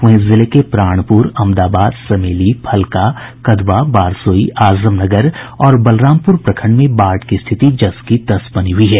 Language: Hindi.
वहीं जिले के प्राणपुर अमदाबाद समेली फलका कदवां बारसोई आजमनगर और बलरामपुर प्रखंड में बाढ़ की स्थिति जस की तस बनी हुई है